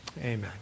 Amen